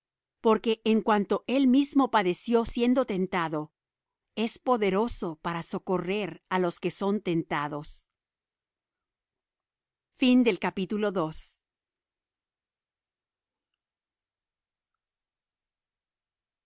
porque en cuanto él mismo padeció siendo tentado es poderoso para socorrer á los que son tentados